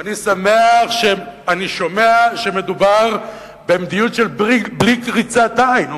ואני שמח שאני שומע שמדובר במדיניות של ברית בלי קריצת עין.